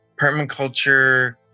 permaculture